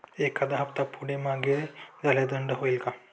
एखादा हफ्ता पुढे मागे झाल्यास दंड होईल काय?